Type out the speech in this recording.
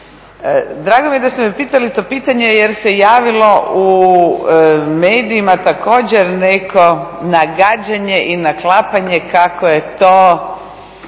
Drago mi je da ste me pitali to pitanje jer se javilo u medijima također neko nagađanje i naklapanje kako je to